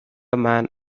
man